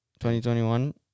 2021